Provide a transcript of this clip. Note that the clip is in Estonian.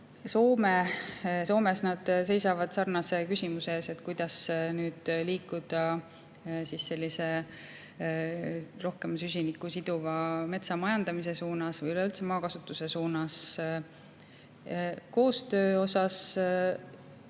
Soomes seistakse sarnase küsimuse ees, kuidas liikuda sellise rohkem süsinikku siduva metsamajandamise suunas või üleüldse maakasutuse suunas. Koostöö